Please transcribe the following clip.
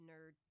nerd